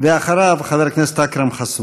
אחריו, חבר הכנסת אכרם חסון.